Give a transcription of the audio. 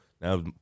Now